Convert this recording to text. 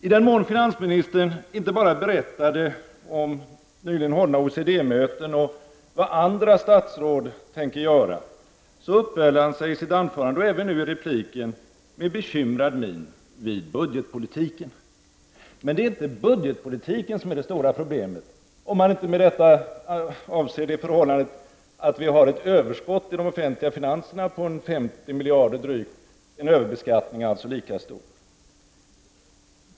I den mån finansministern inte bara berättade om nyligen hållna OECD möten och vad andra statsråd tänker göra uppehöll han sig i sitt anförande, och även nu i sitt inlägg, med bekymrad min vid budgetpolitiken. Men det är inte budgetpolitiken som är det stora problemet, om man inte med detta avser det förhållandet att vi har ett överskott i de offentliga finanserna på drygt 50 miljarder och alltså en lika stor överbeskattning.